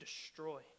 destroy